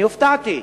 אני הופתעתי.